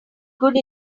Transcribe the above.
good